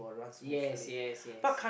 yes yes yes